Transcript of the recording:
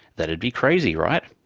that'd be crazy, right?